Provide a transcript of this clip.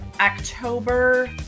October